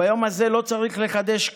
ביום הזה לא צריך לחדש כלום.